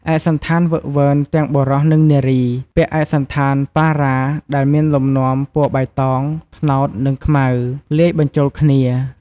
ឯកសណ្ឋានហ្វឹកហ្វឺន ទាំងបុរស និងនារី ពាក់ឯកសណ្ឋានប៉ារ៉ា ដែលមានលំនាំពណ៌បៃតង ត្នោត និងខ្មៅ លាយបញ្ចូលគ្នា។